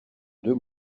deux